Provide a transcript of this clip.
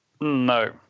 No